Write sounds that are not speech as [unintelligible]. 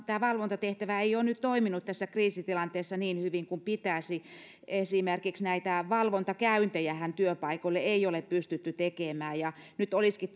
tämä valvontatehtävä ei varmaan ole nyt toiminut tässä kriisitilanteessa niin hyvin kuin pitäisi kun esimerkiksi näitä valvontakäyntejähän työpaikoille ei ole pystytty tekemään nyt olisikin [unintelligible]